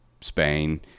Spain